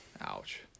Ouch